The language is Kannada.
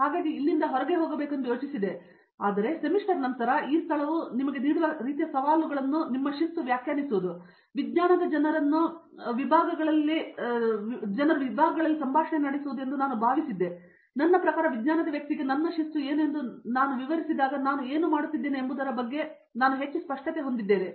ಹಾಗಾಗಿ ನಾನು ಇಲ್ಲಿಂದ ಹೊರಗೆ ಹೋಗಬೇಕು ಎಂದು ಯೋಚಿಸಿದೆ ಆದರೆ ಸೆಮಿಸ್ಟರ್ ನಂತರ ಅಥವಾ ಈ ಸ್ಥಳವು ನಿಮಗೆ ನೀಡುವ ರೀತಿಯ ಸವಾಲುಗಳನ್ನು ನಿಮ್ಮ ಶಿಸ್ತು ವ್ಯಾಖ್ಯಾನಿಸುವುದು ವಿಜ್ಞಾನದ ಜನರನ್ನು ಮಾಡಲು ವಿಭಾಗಗಳಲ್ಲಿ ಸಂಭಾಷಣೆ ನಡೆಸುವುದು ಎಂದು ನಾನು ಭಾವಿಸಿದೆವು ನನ್ನ ಪ್ರಕಾರ ವಿಜ್ಞಾನದ ವ್ಯಕ್ತಿಗೆ ನನ್ನ ಶಿಸ್ತು ಏನು ಎಂದು ನಾನು ವಿವರಿಸಿದಾಗ ನಾನು ಏನು ಮಾಡುತ್ತಿದ್ದೇನೆ ಎಂಬುದರ ಬಗ್ಗೆ ನಾನು ಹೆಚ್ಚು ಸ್ಪಷ್ಟತೆ ಹೊಂದಿದ್ದೇನೆ